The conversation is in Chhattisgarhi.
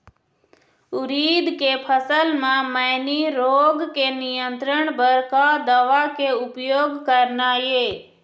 उरीद के फसल म मैनी रोग के नियंत्रण बर का दवा के उपयोग करना ये?